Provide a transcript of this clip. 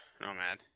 Nomad